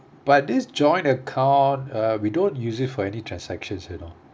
but this joint account uh we don't use it for any transactions you know